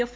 F